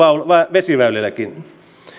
vesiväylilläkin